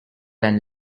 and